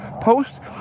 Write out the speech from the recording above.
post